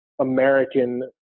American